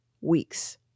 weeks